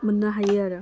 मोननो हायो आरो